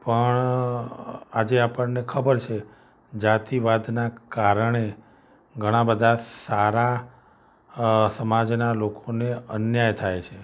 પણ આજે આપણને ખબર છે જાતિવાદના કારણે ઘણા બધા સારા સમાજના લોકોને અન્યાય થાય છે